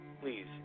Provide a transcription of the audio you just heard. please